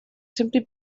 simply